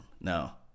now